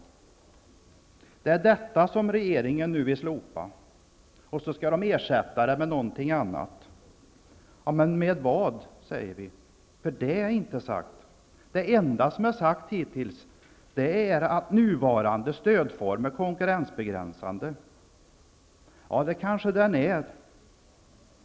Det är detta som regeringen nu vill slopa och ersätta med någonting annat. Med vad?, frågar vi oss. Det är inte sagt. Det enda som hittills har sagts är att nuvarande stödform är konkurrensbegränsande. Det kanske den är.